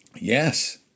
Yes